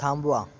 थांबवा